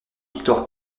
victor